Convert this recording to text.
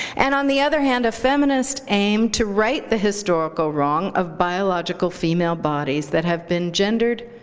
and on the other hand, a feminist aim to right the historical wrong of biological female bodies that have been gendered,